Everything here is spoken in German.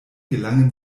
gelangen